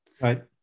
Right